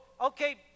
okay